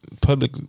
Public